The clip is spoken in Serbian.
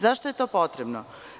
Zašto je to potrebno?